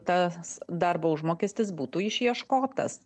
tas darbo užmokestis būtų išieškotas